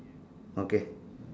okay